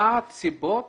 מה הסיבות?